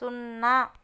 సున్నా